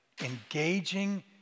engaging